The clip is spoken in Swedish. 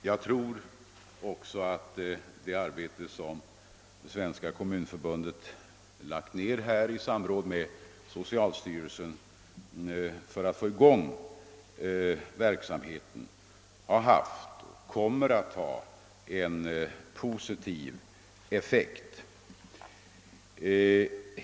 Jag tror också att det arbete som Svenska kommunförbundet lagt ned i samråd med socialstyrelsen för att få i gång verksamheten har haft och kommer att ha en positiv effekt.